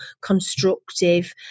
constructive